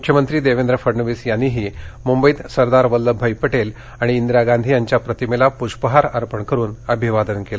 मुख्यमंत्री देवेंद्र फडणवीस यांनीही मुंबईत सरदार वल्लभभाई पटेल आणि इंदिरा गांधी यांच्या प्रतिमेला प्ष्पहार अर्पण करून अभिवादन केलं